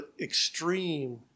extreme